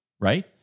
right